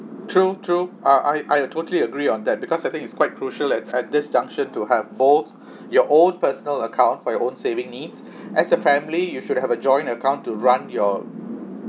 true true ah I I totally agree on that because I think it's quite crucial at at this junction to have both your own personal account for your own saving needs as a family you should have a joint account to run your